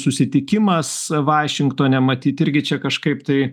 susitikimas vašingtone matyt irgi čia kažkaip tai